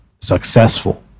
successful